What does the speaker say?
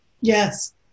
Yes